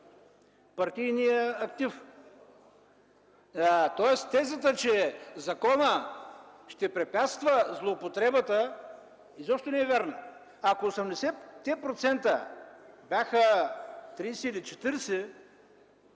партийния актив. Тоест тезата, че законът ще препятства злоупотребата, изобщо не е вярна. Ако 80-те процента бяха 30 или 40,